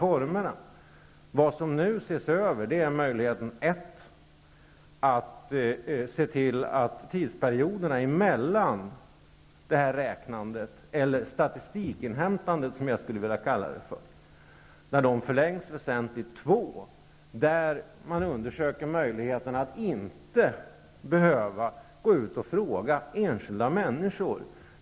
Nu ser man för det första över möjligheten att väsentligt förlänga tidsperioden mellan statistikinhämtandet. För det andra undersöker man möjligheterna att inte behöva gå ut och fråga enskilda människor.